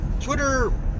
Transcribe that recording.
Twitter